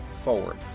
forward